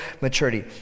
maturity